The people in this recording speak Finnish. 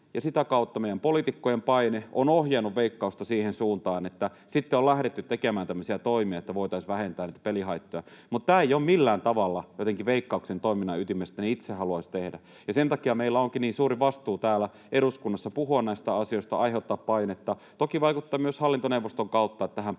sitä kautta meidän poliitikkojen paine on ohjannut Veikkausta siihen suuntaan, että sitten on lähdetty tekemään tämmöisiä toimia, että voitaisiin vähentää niitä pelihaittoja. Tämä ei ole millään tavalla mitenkään Veikkauksen toiminnan ytimessä, että he itse haluaisivat niitä tehdä. Sen takia meillä onkin niin suuri vastuu täällä eduskunnassa puhua näistä asioista ja aiheuttaa painetta, toki vaikuttaa myös hallintoneuvoston kautta, että tähän päästään